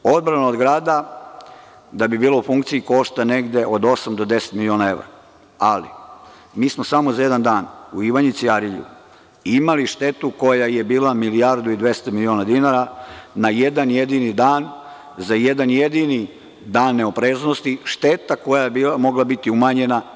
Odbrana od grada da bi bila u funkciji košta negde od osam do deset miliona evra, ali mi smo samo za jedan dan u Ivanjici i Arilju imali štetu koja je bila milijardu i 200 miliona dinara, na jedan jedini dan za jedan jedini dan neopreznosti, šteta koja je mogla biti umanjena.